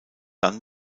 dann